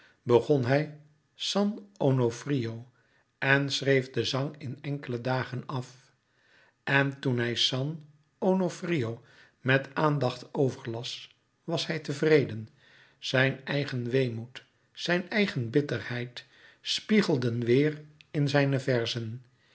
begon hij san onofrio en schreef den zang in enkele dagen af en toen hij san onofrio met aandacht overlas was hij tevreden zijn eigen weemoed zijn eigen bitterheid spiegelden weêr in zijne